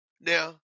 Now